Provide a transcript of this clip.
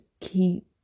keep